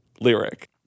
lyric